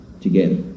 together